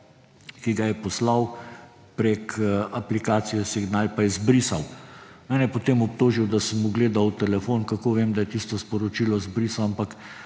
ki ga je poslal preko aplikacije Signal, pa izbrisal. Mene je potem obtožil, da sem mu gledal v telefon, kako vem, da je tisto sporočilo izbrisal, ampak